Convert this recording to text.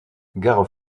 gare